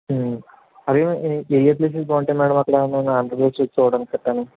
అది ఏయే ప్లేసెస్ బాగుంటాయి మ్యాడం అక్కడ మేము ఆంధ్రప్రదేశ్లో చూడడానికి గట్టానీ